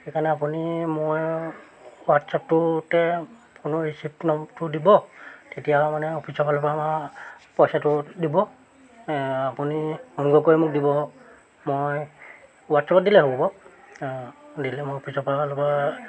সেইকাৰণে আপুনি মই হোৱাটছআপটোতে ফোনৰ ৰিচিপ্ট নম্বৰটো দিব তেতিয়া আৰু মানে অফিচৰফালৰপৰা আমাৰ পইচাটো দিব আপুনি অনুগ্ৰহ কৰি মোক দিব মই হোৱাটছআপত দিলেই হ'ব বাৰু দিলে মই অফিচৰফালৰপৰা